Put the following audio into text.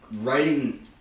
Writing